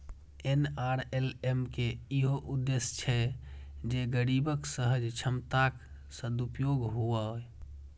NRLM के इहो उद्देश्य छै जे गरीबक सहज क्षमताक सदुपयोग हुअय